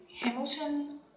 Hamilton